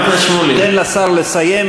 תן לשר לסיים,